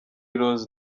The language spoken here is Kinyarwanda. rose